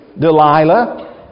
Delilah